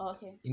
Okay